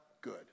good